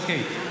אוקיי.